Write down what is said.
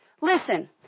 Listen